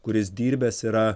kuris dirbęs yra